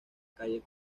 calle